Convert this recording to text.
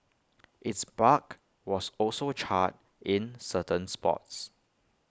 its bark was also charred in certain spots